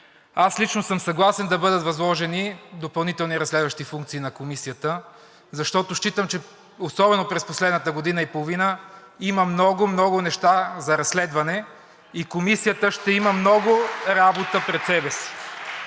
Аз лично съм съгласен да бъдат възложени допълнителни разследващи функции на Комисията, защото считам, че особено през последната година и половина има много, много неща за разследване и Комисията ще има много работа пред себе си.